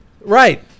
Right